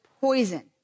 poison